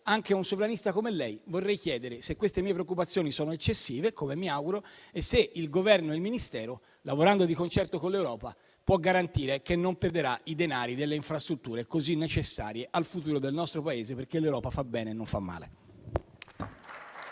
Anche a un sovranista come lei, vorrei chiedere se queste mie preoccupazioni sono eccessive, come mi auguro, e se il Governo e il Ministero, lavorando di concerto con l'Europa, possono garantire che non perderanno i denari delle infrastrutture così necessarie al futuro del nostro Paese, perché l'Europa fa bene e non fa male.